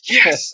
Yes